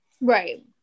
Right